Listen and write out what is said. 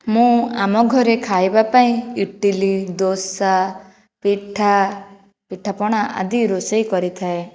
ମୁଁ ଆମ ଘରେ ଖାଇବା ପାଇଁ ଇଟିଲି ଦୋଷା ପିଠା ପିଠାପଣା ଆଦି ରୋଷେଇ କରିଥାଏ